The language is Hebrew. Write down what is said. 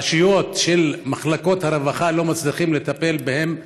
הרשויות של מחלקות הרווחה לא מצליחות לטפל בהם,